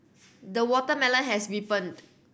the watermelon has